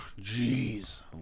Jeez